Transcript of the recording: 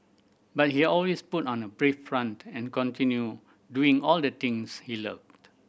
but he always put on a brave front and continued doing all the things he loved